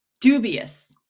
Dubious